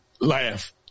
laugh